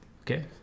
Okay